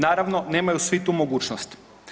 Naravno, nemaju svi tu mogućnost.